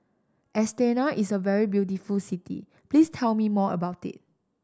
Astana is a very beautiful city please tell me more about it